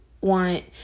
want